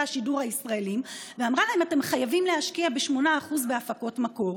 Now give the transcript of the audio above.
השידור הישראליים ואמרה להם: אתם חייבים להשקיע 8% בהפקות מקור.